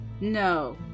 No